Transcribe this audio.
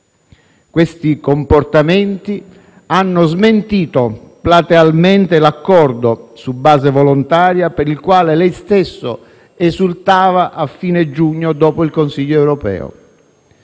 Questi comportamenti hanno smentito platealmente l'accordo su base volontaria per il quale lei stesso esultava a fine giugno dopo il Consiglio europeo.